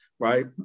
right